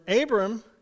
Abram